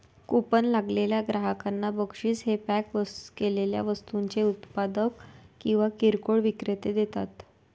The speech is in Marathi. कुपन लागलेल्या ग्राहकांना बक्षीस हे पॅक केलेल्या वस्तूंचे उत्पादक किंवा किरकोळ विक्रेते देतात